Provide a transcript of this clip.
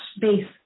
base